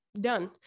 done